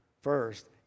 first